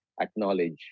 acknowledge